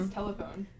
telephone